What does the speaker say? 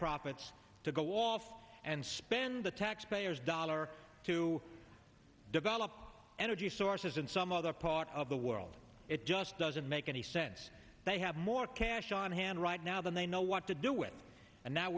profits to go off and spend the taxpayers dollar to develop energy sources in some other part of the world it just doesn't make any sense they have more cash on hand right now than they know what to do with and now